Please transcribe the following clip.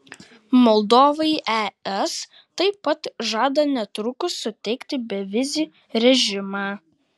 moldovai es taip pat žada netrukus suteikti bevizį režimą